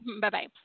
Bye-bye